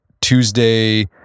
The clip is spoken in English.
Tuesday